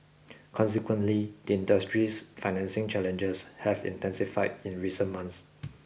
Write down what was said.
consequently the industry's financing challenges have intensified in recent months